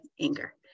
anger